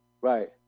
Right